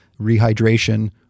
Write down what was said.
rehydration